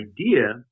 idea